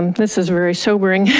this is very sobering.